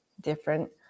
different